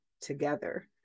together